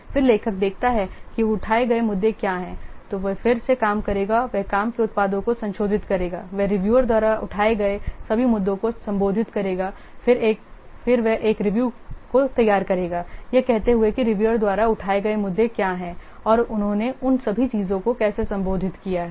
फिर लेखक देखता है कि उठाए गए मुद्दे क्या हैं तो वह फिर से काम करेगा वह काम के उत्पाद को संशोधित करेगा वह रिव्यूअर द्वारा उठाए गए सभी मुद्दों को संबोधित करेगा फिर वह एक रिव्यू को तैयार करेगा यह कहते हुए कि रिव्यूअर द्वारा उठाए गए मुद्दे क्या हैं और उन्होंने उन सभी चीजों को कैसे संबोधित किया है